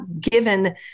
given